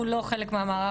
הוא לא חלק מהמערך,